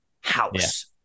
house